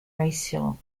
racial